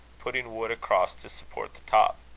putting wood across to support the top.